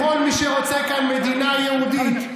לכל מי שרוצה כאן מדינה יהודית.